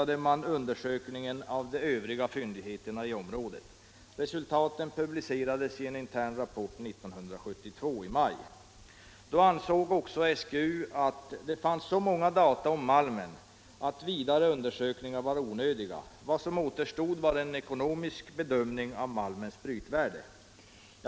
Då ansåg också SGU att det fanns så många data om malmen att vidare undersökningar var onödiga. Vad som återstod var en ekonomisk bedömning av malmens brytvärde.